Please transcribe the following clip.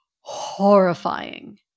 horrifying